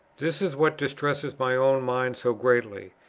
this is what distresses my own mind so greatly,